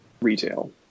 retail